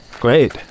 Great